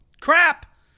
crap